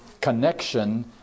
Connection